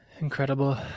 Incredible